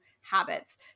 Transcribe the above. habits